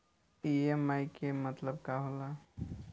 EMI के मतलब का होला?